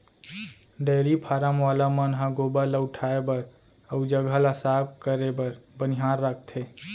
dairy farm वाला मन ह गोबर ल उठाए बर अउ जघा ल साफ करे बर बनिहार राखथें